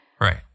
Right